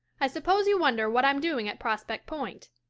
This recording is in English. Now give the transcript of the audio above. i suppose you wonder what i'm doing at prospect point.